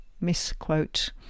misquote